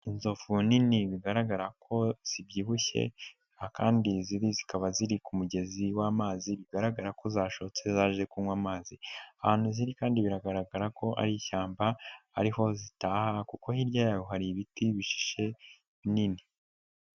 Inzovu nini bigaragara ko zibyibushye akandi ziri zikaba ziri ku mugezi w'amazi bigaragara ko zashotse zaje kunywa amazi, ahantu ziri kandi biragaragara ko ari ishyamba ariho zitaha kuko hirya yayo hari ibiti bihishe binini.